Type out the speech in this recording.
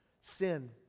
sin